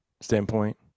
standpoint